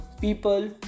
people